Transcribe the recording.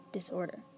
Disorder